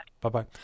Bye-bye